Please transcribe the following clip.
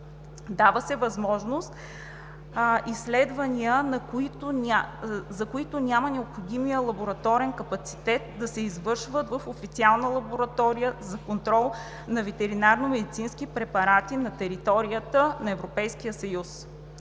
Дава се възможност изследвания, за които няма необходимия лабораторен капацитет, да се извършват в официална лаборатория за контрол на ветеринарномедицински препарати на територията на Европейския съюз.